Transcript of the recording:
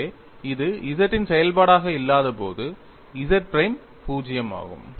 எனவே இது Z இன் செயல்பாடாக இல்லாதபோது Z பிரைம் 0 ஆகும்